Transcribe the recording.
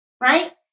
right